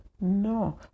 No